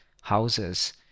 houses